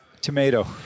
Tomato